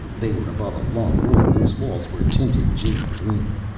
they were above a long room whose walls were tinted jade green.